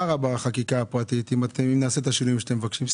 מה רע בחקיקה הפרטית אם נעשה את השינויים שאתם מבקשים?